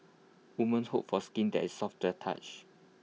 women's hope for skin that is soft to touch